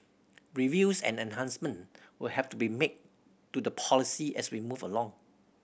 reviews and enhancement will have to be made to the policy as we move along